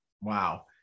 Wow